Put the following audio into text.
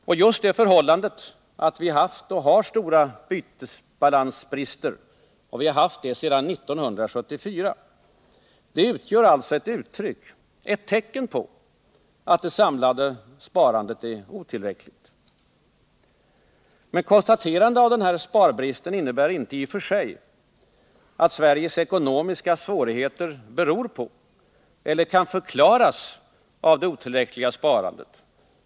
Och just det förhållandet att vi har haft och har stora bytesbalansbrister — vi har haft det sedan 1974 — utgör ett tecken på att det samlade sparandet är otillräckligt. Men konstaterandet av denna sparbrist innebär inte i och för sig att Sveriges ekonomiska svårigheter beror på eller kan förklaras av det otillräckliga sparandet.